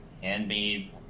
handmade